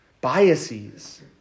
biases